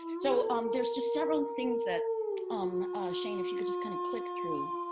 so um there's just several things that um shane, if you could just kind of click through.